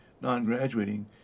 non-graduating